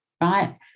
right